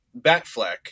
Batfleck